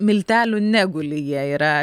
miltelių neguli jie yra